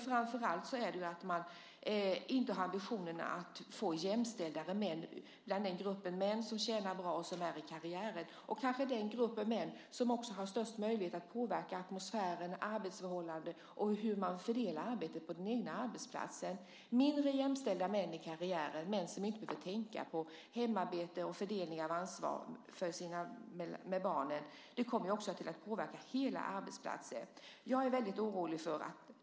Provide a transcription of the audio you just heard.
Framför allt har man inte ambitionen att få mer jämställda män bland den grupp män som tjänar bra och som är i karriären och kanske den grupp män som också har störst möjlighet att påverka atmosfären, arbetsförhållandena och hur man fördelar arbetet på den egna arbetsplatsen. Det blir mindre jämställda män i karriären, män som inte behöver tänka på hemarbete och fördelning av ansvar för barnen. Det kommer också att påverka hela arbetsplatsen. Jag är väldigt orolig.